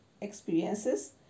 experiences